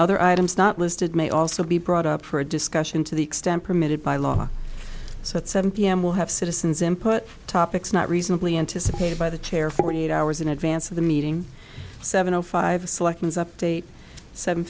other items not listed may also be brought up for a discussion to the extent permitted by law so at seven pm we'll have citizens input topics not reasonably anticipated by the chair forty eight hours in advance of the meeting seven o five selections update seven